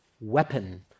weapon